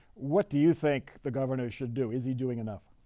what do you think the governor should do, is he doing enough?